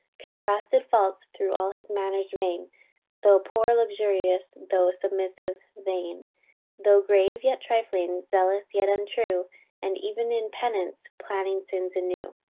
contrasted faults thro' all his manners rein though poor, luxurious though submissive, vain though grave, yet trifling zealous, yet untrue and e'en in penance planning sins anew.